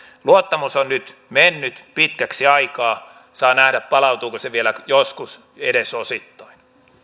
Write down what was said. luottamus on nyt mennyt pitkäksi aikaa saa nähdä palautuuko se vielä joskus edes osittain